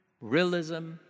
realism